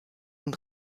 und